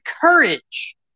courage